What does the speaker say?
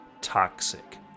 toxic